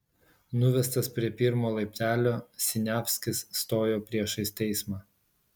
nuvestas prie pirmo laiptelio siniavskis stojo priešais teismą